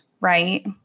Right